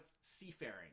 seafaring